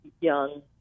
young